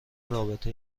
رابطه